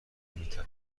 میتپه